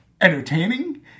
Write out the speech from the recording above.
entertaining